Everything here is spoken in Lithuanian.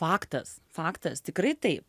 faktas faktas tikrai taip